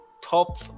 top